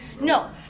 No